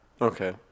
Okay